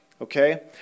okay